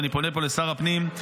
ואני פונה פה לשר הפנים,